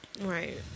Right